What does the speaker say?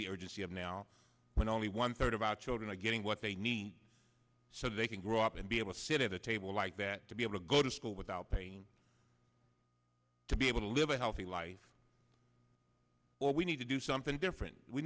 the urgency of now when only one third of our children are getting what they need so they can grow up and be able to sit at a table like that to be able to go to school without pain to be able to live a healthy life well we need to do something different we